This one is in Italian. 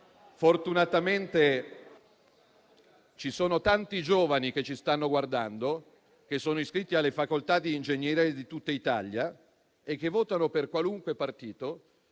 fortunatamente ci sono tanti giovani che ci stanno guardando, che sono iscritti alle facoltà di ingegneria di tutta Italia, che votano per qualunque partito